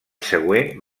següent